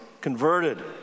converted